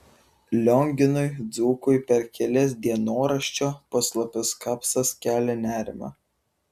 lionginui dzūkui per kelis dienoraščio puslapius kapsas kelia nerimą